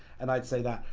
and i'd say that.